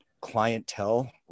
clientele